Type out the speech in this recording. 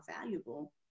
valuable